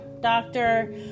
doctor